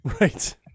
right